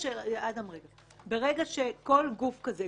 ברגע שכל גוף כזה,